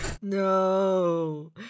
no